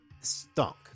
stunk